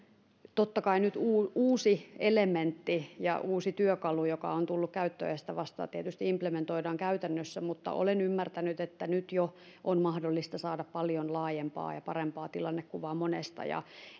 totta kai nyt uusi uusi elementti ja uusi työkalu joka on tullut käyttöön ja sitä vasta tietysti implementoidaan käytännössä mutta olen ymmärtänyt että nyt jo on mahdollista saada paljon laajempaa ja parempaa tilannekuvaa monesta ja